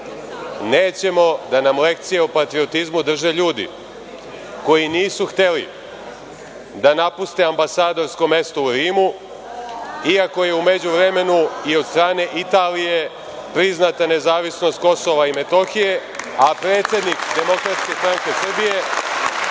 Nećemo da nam lekcije o patriotizmu drže ljudi koji nisu hteli da napuste ambasadorsko mesto u Rimu iako je u međuvremenu i od strane Italije priznata nezavisnost Kosova i Metohije, a predsednik DSS je pozvao sve